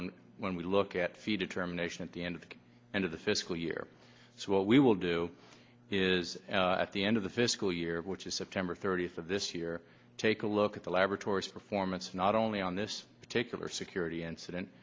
and when we look at fee determination at the end of the end of the fiscal year so what we will do is at the end of the fiscal year which is september thirtieth of this year take a look at the laboratories performance not only on this particular security incident